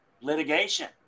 litigation